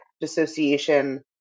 Dissociation